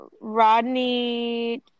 Rodney